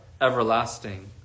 everlasting